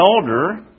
elder